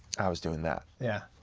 i was doing that. yeah.